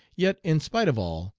yet in spite of all,